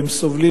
והם סובלים,